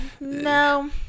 No